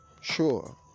sure